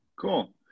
Cool